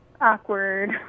Awkward